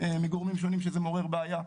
מגורמים שונים שזה מעורר בעיה.